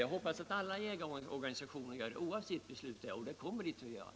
Min förhoppning är att alla jägarorganisationer skall göra det, och jag tror att så kommer att bli fallet.